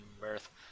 mirth